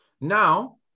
Now